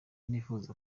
nifuza